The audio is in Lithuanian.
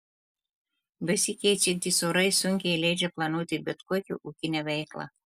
besikeičiantys orai sunkiai leidžia planuoti bet kokią ūkinę veiklą